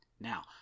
Now